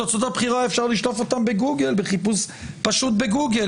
תוצאות הבחירה אפשר לשלוף אותם בגוגל בחיפוש פשוט בגוגל,